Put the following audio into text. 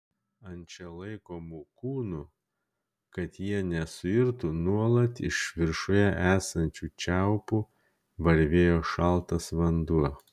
ant čia laikomų kūnų kad jie nesuirtų nuolat iš viršuje esančių čiaupų varvėjo šaltas vanduo